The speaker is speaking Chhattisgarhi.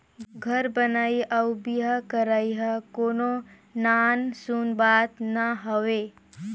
घर बनई अउ बिहा करई हर कोनो नान सून बात ना हवे